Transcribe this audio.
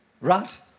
Right